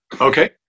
Okay